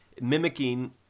mimicking